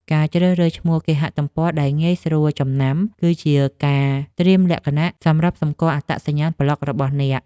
ការជ្រើសរើសឈ្មោះគេហទំព័រ ដែលងាយស្រួលចំណាំ គឺជាការត្រៀមលក្ខណៈសម្រាប់សម្គាល់អត្តសញ្ញាណប្លក់របស់អ្នក។